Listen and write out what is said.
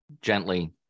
gently